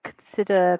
consider